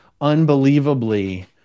unbelievably